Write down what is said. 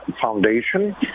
foundation